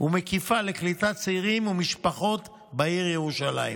ומקיפה לקליטת צעירים ומשפחות בעיר ירושלים.